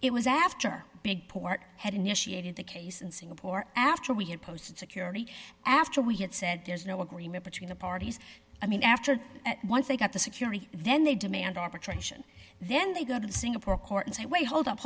it was after big port had initiated the case in singapore after we had posted security after we had said there's no agreement between the parties i mean after that once they got the security then they demand arbitration then they go to the singapore court and say wait hold up